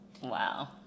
Wow